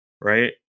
right